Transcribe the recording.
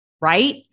right